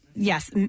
Yes